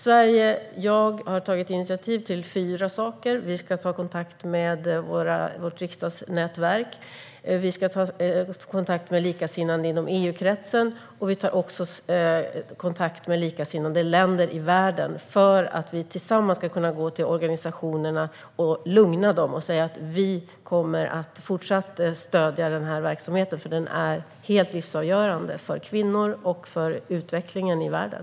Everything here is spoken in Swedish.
Sverige och jag har tagit initiativ till flera saker: Vi ska ta kontakt med vårt riksdagsnätverk. Vi ska ta kontakt med likasinnade inom EU-kretsen. Vi ska också ta kontakt med likasinnade länder i världen för att vi tillsammans ska kunna gå till organisationer och lugna dem och säga att vi fortsatt kommer att stödja verksamheten, för den är livsavgörande för kvinnor och för utvecklingen i världen.